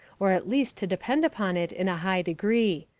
or at least to depend upon it in a high degree.